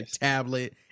tablet